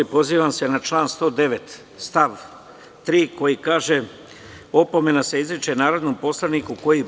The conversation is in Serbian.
Pozivam se na član 109. stav 3. koji kaže – opomena se izriče narodnom poslaniku koji